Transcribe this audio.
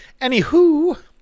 Anywho